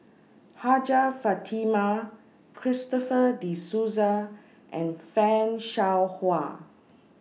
Hajjah Fatimah Christopher De Souza and fan Shao Hua